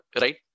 right